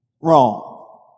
Wrong